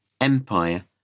empire